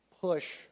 push